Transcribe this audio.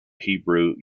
hebrew